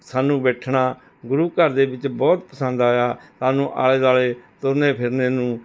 ਸਾਨੂੰ ਬੈਠਣਾ ਗੁਰੂਘਰ ਦੇ ਵਿੱਚ ਬਹੁਤ ਪਸੰਦ ਆਇਆ ਸਾਨੂੰ ਆਲੇ ਦੁਆਲੇ ਤੁਰਨੇ ਫਿਰਨੇ ਨੂੰ